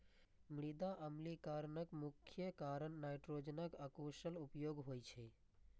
मृदा अम्लीकरणक मुख्य कारण नाइट्रोजनक अकुशल उपयोग होइ छै